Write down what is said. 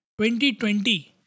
2020